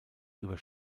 über